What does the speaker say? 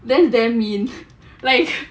then damn mean like